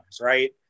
right